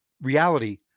reality